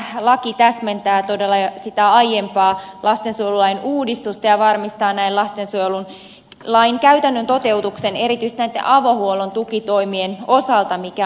ensinnäkin tämä laki täsmentää todella sitä aiempaa lastensuojelulain uudistusta ja varmistaa näin lastensuojelulain käytännön toteutuksen erityisesti näitten avohuollon tukitoimien osalta mikä on hyvä